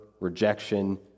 rejection